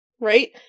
Right